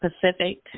Pacific